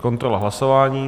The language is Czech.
Kontrola hlasování.